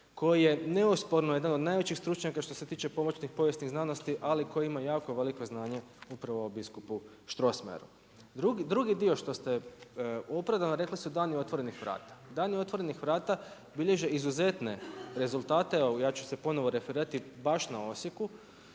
koji je neosporno jedan od najvećih stručnjaka što se tiče pomoćnih povijesnih znanosti, ali koji ima jako veliko znanje upravo o biskupu Strossmayeru. Drugi dio što ste opravdano rekli, su dani otvorenih vrata. Dani otvorenih vrata bilježe izuzetne rezultate, evo ja ću se ponovno referirati baš na Osijeku,